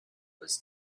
was